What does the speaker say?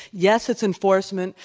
yes, it's enforcement.